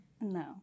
No